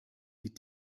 die